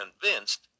convinced